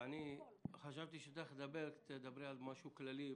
חשבתי שתדברי על משהו כללי.